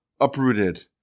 uprooted